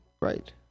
Right